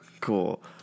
Cool